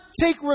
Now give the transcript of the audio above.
take